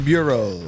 Bureau